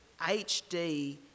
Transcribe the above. HD